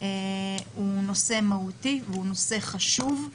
הוא נושא מהותי, הוא נושא חשוב,